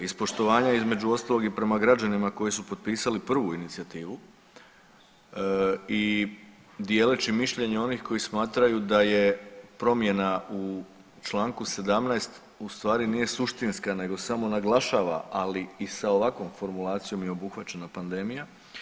Iz poštovanja između ostalog i prema građanima koji su potpisali prvu inicijativu i dijeleći mišljenje onih koji smatraju da je promjena u članku 17. u stvari nije suštinska nego samo naglašava ali i sa ovakvom formulacijom je obuhvaćena pandemija.